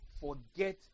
forget